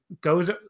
goes